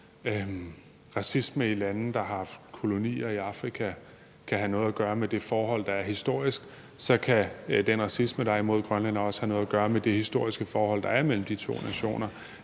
racisme i lande, der har haft kolonier i Afrika, kan have noget at gøre med det forhold, der er historisk, så kan den racisme, der er imod grønlændere, også have noget at gøre med det historiske forhold, der er imellem de to nationer.